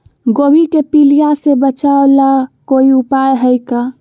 गोभी के पीलिया से बचाव ला कोई उपाय है का?